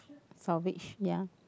salvage ya